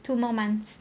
two more months